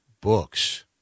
books –